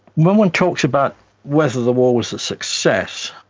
when one talks about whether the wall was a success,